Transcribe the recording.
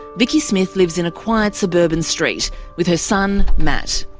vicki smith lives in a quiet suburban street with her son matt.